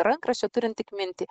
rankraščio turint tik mintį